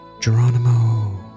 Geronimo